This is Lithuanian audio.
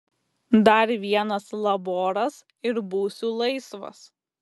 dar vienas laboras ir būsiu laisvas